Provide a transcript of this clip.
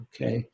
Okay